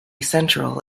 central